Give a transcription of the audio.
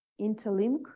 interlink